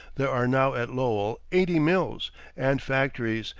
there are now at lowell eighty mills and factories,